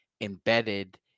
embedded